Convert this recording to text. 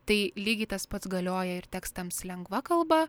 tai lygiai tas pats galioja ir tekstams lengva kalba